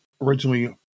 originally